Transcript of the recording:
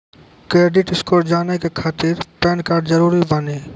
Credit score जाने के खातिर पैन कार्ड जरूरी बानी?